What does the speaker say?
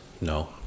No